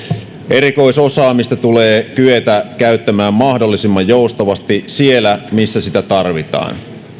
erikoisosaamista tulee kyetä käyttämään mahdollisimman joustavasti siellä missä sitä tarvitaan